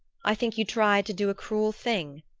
i think you tried to do a cruel thing,